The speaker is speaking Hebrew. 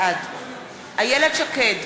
בעד איילת שקד,